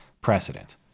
precedent